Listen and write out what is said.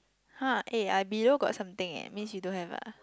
!huh! eh I below got something means you don't have ah